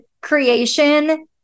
creation